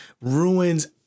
ruins